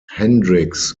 hendrix